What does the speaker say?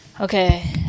Okay